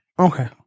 Okay